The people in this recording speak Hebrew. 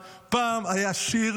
חברת הכנסת צגה מלקו,